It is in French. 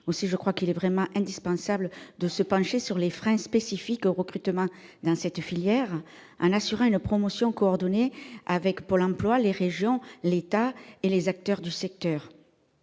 Aussi je crois vraiment indispensable de lever les freins spécifiques au recrutement dans cette filière, en assurant une promotion coordonnée avec Pôle emploi, les régions, l'État et les acteurs du secteur.